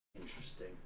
interesting